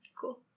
Cool